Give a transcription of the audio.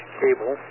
cable